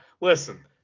listen